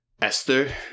Esther